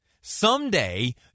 someday